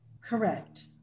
Correct